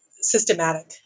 systematic